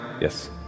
Yes